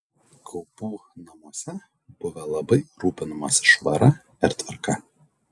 kaupų namuose buvę labai rūpinamasi švara ir tvarka